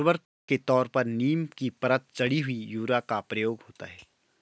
उर्वरक के तौर पर नीम की परत चढ़ी हुई यूरिया का प्रयोग होता है